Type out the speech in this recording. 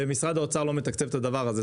ומשרד האוצר לא מתקצב את הדבר הזה,